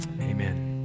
amen